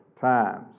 times